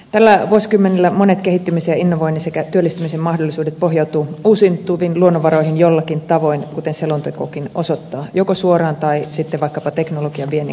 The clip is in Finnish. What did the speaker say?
tällä vuosikymmenellä monet kehittymisen ja innovoinnin sekä työllistymisen mahdollisuudet pohjautuvat uusiutuviin luonnonvaroihin joillakin tavoin kuten selontekokin osoittaa joko suoraan tai sitten vaikkapa teknologian viennin kautta